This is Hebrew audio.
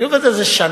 אני עובד על זה שנה.